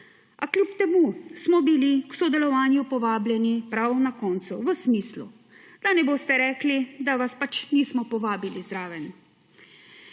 A kljub temu smo bili k sodelovanju povabljeni prav na koncu v smislu, da ne boste rekli da vas nismo povabili zraven.